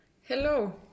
Hello